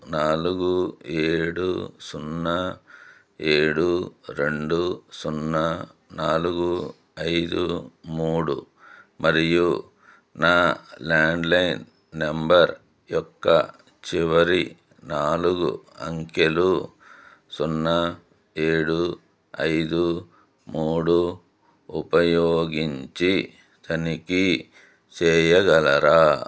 నాలుగు ఏడు సున్నా ఏడు రెండు సున్నా నాలుగు ఐదు మూడు మరియు నా ల్యాండ్లైన్ నెంబర్ యొక్క చివరి నాలుగు అంకెలు సున్నా ఏడు ఐదు మూడు ఉపయోగించి తనిఖీ చేయగలరా